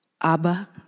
Abba